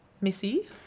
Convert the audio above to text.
missy